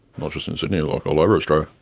not just in sydney, like all over australia.